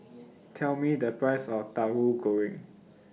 Tell Me The Price of Tahu Goreng